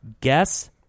Guess